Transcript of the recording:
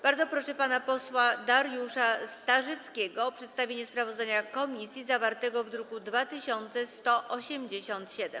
Bardzo proszę pana posła Dariusza Starzyckiego o przedstawienie sprawozdania komisji zawartego w druku nr 2187.